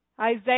Isaiah